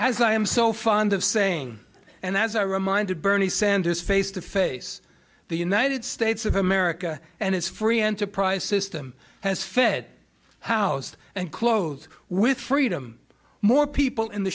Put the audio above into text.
as i am so fond of saying and as i reminded bernie sanders face to face the united states of america and its free enterprise system has fed housed and closed with freedom more people in the